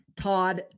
Todd